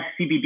CBD